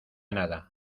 nada